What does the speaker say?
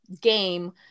game